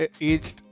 aged